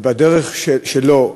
ובדרך שלו,